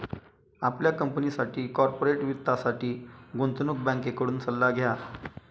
आपल्या कंपनीसाठी कॉर्पोरेट वित्तासाठी गुंतवणूक बँकेकडून सल्ला घ्या